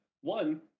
one